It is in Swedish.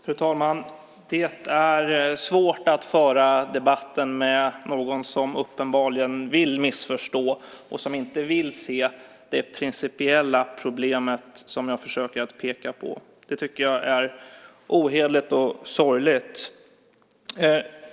Fru talman! Det är svårt att föra debatt med någon som uppenbarligen vill missförstå och som inte vill se det principiella problem som jag försöker peka på. Jag tycker att det är ohederligt och sorgligt.